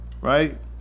right